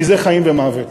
כי זה חיים ומוות,